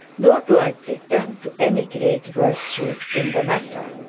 nor do i pretend to any great virtue in the matter.